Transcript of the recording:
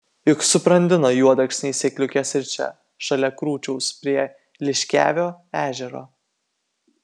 juk subrandino juodalksniai sėkliukes ir čia šalia krūčiaus prie liškiavio ežero